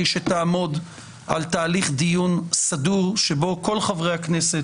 שתעמוד על תהליך דיון סדור שבו כל חברי הכנסת